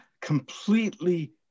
completely